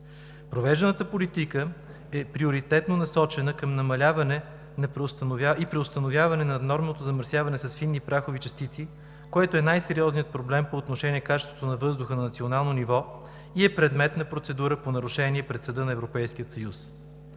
Провежданата политика е приоритетно насочена към намаляване и преустановяване на наднорменото замърсяване с фини прахови частици, което е най сериозният проблем по отношение качеството на въздуха на национално ниво и е предмет на процедура по нарушение пред Съда на Европейския съюз.